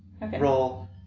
roll